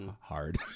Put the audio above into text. Hard